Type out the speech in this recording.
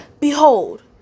Behold